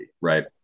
Right